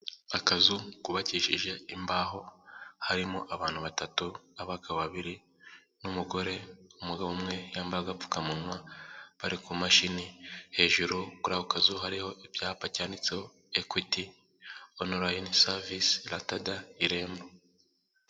Akazu kubakishije imbaho harimo abantu batatu, abagabo babiri n'umugore, umugabo umwe yambaye agapfukamunwa bari ku mashini, hejuru kuri ako kazu hariho ibyapa cyanditse Equity onulayini savise latada irembo.